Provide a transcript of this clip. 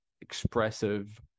expressive